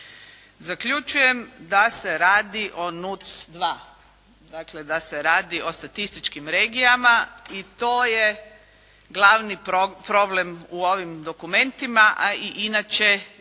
Zaključujem da se radi o NUC dva, dakle da se radi o statističkim regijama i to je glavni problem u ovim dokumentima, a i inače